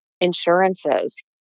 Insurances